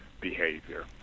behavior